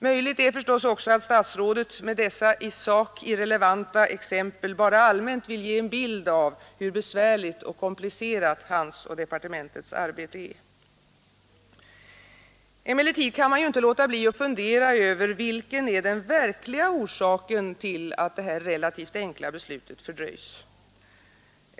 Möjligt är förstås också att statsrådet med dessa i sak irrelevanta exempel bara allmänt vill ge en bild av hur besvärligt och komplicerat hans och departementets arbete är. Emellertid kan man ju inte låta bli att fundera över vilken den verkliga orsaken är till att detta relativt enkla beslut fördröjs.